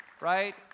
right